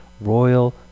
royal